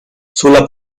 sulla